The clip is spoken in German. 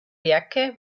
werke